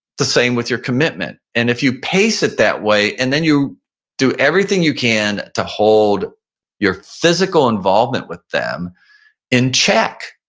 the same with your commitment. and if you pace it that way and then you do everything you can to hold your physical involvement with them in check,